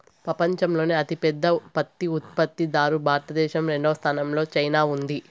పపంచంలోనే అతి పెద్ద పత్తి ఉత్పత్తి దారు భారత దేశం, రెండవ స్థానం లో చైనా ఉంది